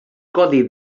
codi